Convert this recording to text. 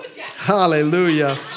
Hallelujah